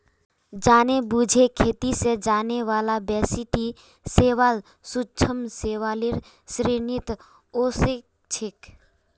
जानेबुझे खेती स जाने बाला बेसी टी शैवाल सूक्ष्म शैवालेर श्रेणीत ओसेक छेक